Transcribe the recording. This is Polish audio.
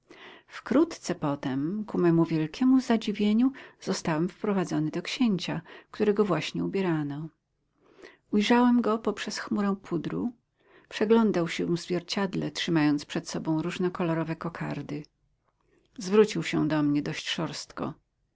wkrótce potem ku memu wielkiemu zadziwieniu zostałem wprowadzony do księcia którego właśnie ubierano ujrzałem go poprzez chmurę pudru przeglądał się w zwierciadle trzymając przed sobą różnokolorowe kokardy zwrócił się do mnie dość szorstko